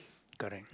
correct